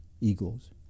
eagles